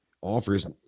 offers